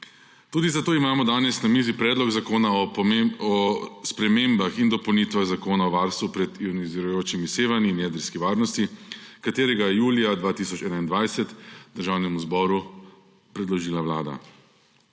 Tudi zato imamo danes na mizi Predlog zakona o spremembah in dopolnitvah Zakona o varstvu pred ionizirajočimi sevanji in jedrski varnosti, katerega je julija 2021 Državnemu zboru predložila Vlada.